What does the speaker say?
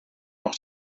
noch